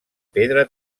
pedra